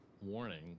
warning